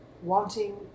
wanting